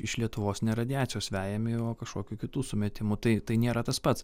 iš lietuvos ne radiacijos vejami o kažkokių kitų sumetimų tai tai nėra tas pats